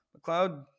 McLeod